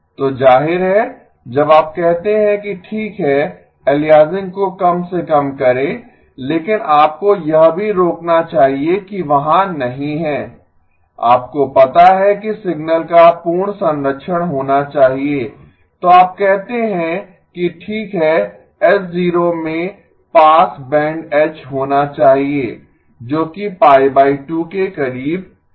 तो जाहिर है जब आप कहते हैं कि ठीक है एलियासिंग को कम से कम करें लेकिन आपको यह भी रोकना चाहिए कि वहाँ नहीं है आपको पता है कि सिग्नल का पूर्ण संरक्षण होना चाहिए तो आप कहते हैं कि ठीक है H 0 में पास बैंड एज होना चाहिए जो कि के करीब है